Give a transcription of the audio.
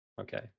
Okay